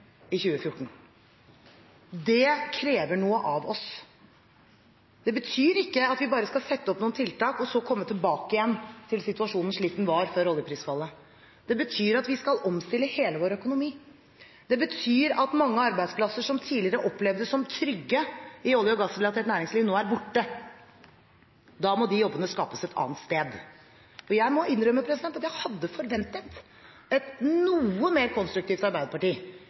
i 2014. Det krever noe av oss. Det betyr ikke at vi bare skal sette opp noen tiltak og så komme tilbake igjen til situasjonen slik den var før oljeprisfallet. Det betyr at vi skal omstille hele vår økonomi. Det betyr at mange arbeidsplasser som tidligere opplevdes som trygge i olje- og gassrelatert næringsliv, nå er borte. Da må de jobbene skapes et annet sted. Jeg må innrømme at jeg hadde forventet et noe mer konstruktivt arbeiderparti